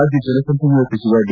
ರಾಜ್ಣ ಜಲಸಂಪನ್ನೂಲ ಸಚಿವ ಡಿ